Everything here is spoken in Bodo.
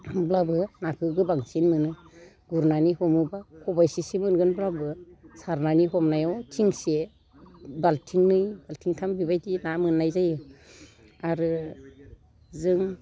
होनब्लाबो नाखौ बांसिन मोनो गुरनानै हमोबा खबायसेसो मोनगोनब्लाबो सारनानै हमनायाव थिंसे बाल्थिंनै बाल्थिंथाम बेबायदि ना मोननाय जायो आरो जों